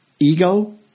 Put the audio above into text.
Ego